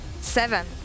Seven